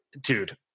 dude